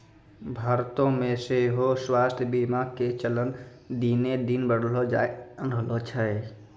भारतो मे सेहो स्वास्थ्य बीमा के चलन दिने दिन बढ़ले जाय रहलो छै